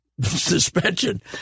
suspension